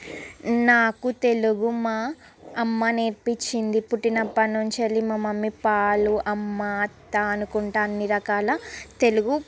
నాకు తెలుగు మా అమ్మ నేర్పించింది పుట్టినప్పటి నుంచెల్లి మా మమ్మీ పాలు అమ్మా అత్త అనుకుంటూ అన్నిరకాల తెలుగు